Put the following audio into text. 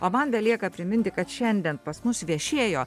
o man belieka priminti kad šiandien pas mus viešėjo